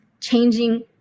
changing